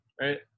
right